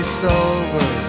sober